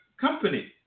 company